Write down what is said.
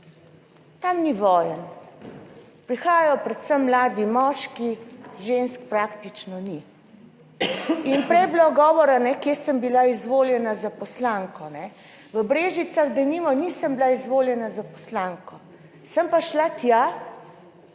Tam ni vojn. Prihajajo predvsem mladi moški, žensk praktično ni. In prej je bilo govora, kje sem bila izvoljena za poslanko. V Brežicah denimo nisem bila izvoljena za poslanko, sem pa šla tja